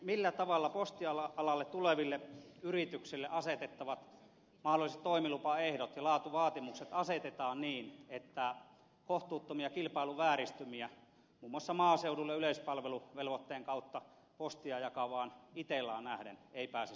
millä tavalla postialalle tuleville yrityksille asetettavat mahdolliset toimilupaehdot ja laatuvaatimukset asetetaan niin että kohtuuttomia kilpailuvääristymiä muun muassa maaseudulle yleispalveluvelvoitteen kautta postia jakavaan itellaan nähden ei pääse syntymään